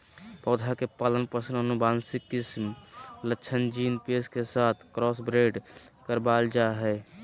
पौधा के पालन पोषण आनुवंशिक किस्म लक्षण जीन पेश के साथ क्रॉसब्रेड करबाल जा हइ